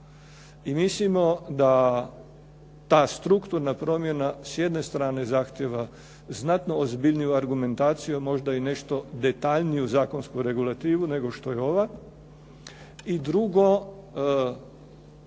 i mislimo da ta strukturna promjena s jedne strane zahtijeva znatno ozbiljniju argumentaciju a možda i nešto detaljniju zakonsku regulativu nego što je ova. I drugo,